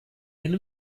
and